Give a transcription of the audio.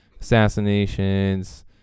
assassinations